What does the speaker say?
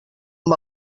amb